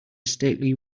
stately